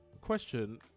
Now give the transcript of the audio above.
question